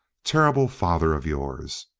terrible father of yours.